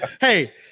Hey